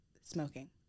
smoking